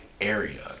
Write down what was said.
area